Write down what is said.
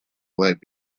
black